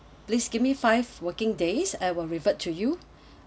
please give me five working days I will revert to you